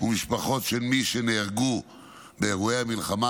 ומשפחות של מי שנהרגו באירועי המלחמה,